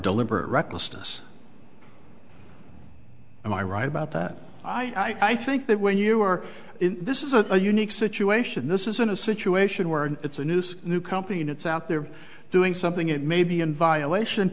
deliberate recklessness am i right about that i think that when you are this is a unique situation this isn't a situation where it's a news new company and it's out there doing something it may be in violation